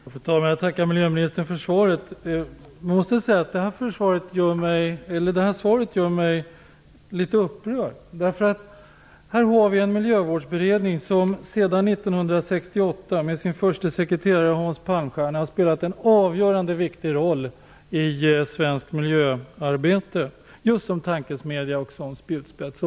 Fru talman! Jag tackar miljöministern för svaret. Jag måste säga att detta svar gör mig litet upprörd. Miljövårdsberedningen har sedan 1968 - dess förste sekreterare var Hans Palmstierna - spelat en viktig och avgörande roll i svenskt miljöarbete, just som tankesmedja och spjutspets.